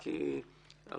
גם